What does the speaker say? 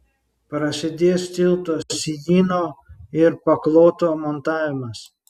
prasidės tilto sijyno ir pakloto montavimas